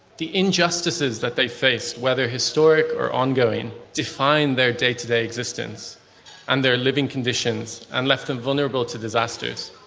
the injustices that they faced, whether historic or ongoing, defined their day to day existence and their living conditions, and left them vulnerable to disasters.